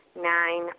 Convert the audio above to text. Nine